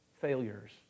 failures